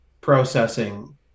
processing